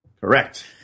Correct